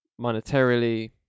monetarily